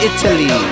Italy